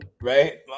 right